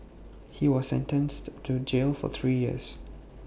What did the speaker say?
he was sentenced to jail for three years